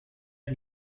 ale